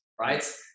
right